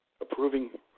approving